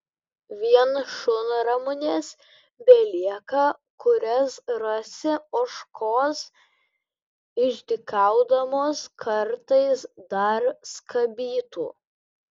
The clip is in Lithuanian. vien šunramunės belieka kurias rasi ožkos išdykaudamos kartais dar skabytų